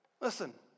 Listen